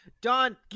Don